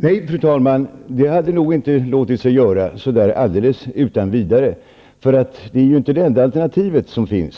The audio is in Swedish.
Fru talman! Nej, det hade nog inte låtit sig göra utan vidare. Lekmannastyrelser är inte det enda alternativet. Vi